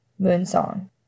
Moonsong